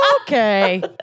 Okay